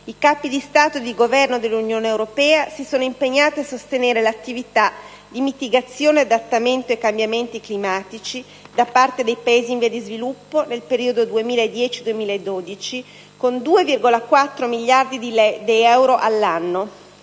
i capi di Stato e di Governo dell'Unione europea si sono impegnati a sostenere l'attività di mitigazione e adattamento ai cambiamenti climatici da parte dei Paesi in via di sviluppo nel periodo 2010-2012 con 2,4 miliardi di euro all'anno,